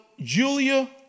Julia